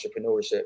entrepreneurship